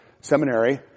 seminary